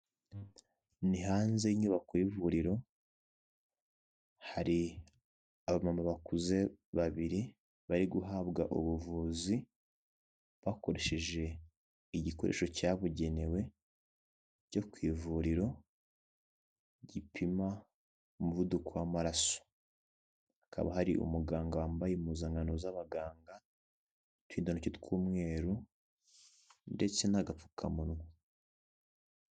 Ni hanze y'inyubako y'ivuriro, hari abamama bakuze babiri bari guhabwa ubuvuzi, bakoresheje igikoresho cyabugenewe, cyo ku ivuriro, gipima umuvuduko w'amaraso, hakaba hari umuganga wambaye impuzankano z'abaganga, uturindantoki tw'umweru, ndetse n'agapfukamunwa.